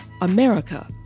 America